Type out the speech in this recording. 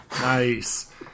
Nice